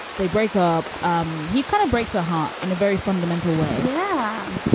they break up. um he kind of breaks a heart in a very fundamental way. yeah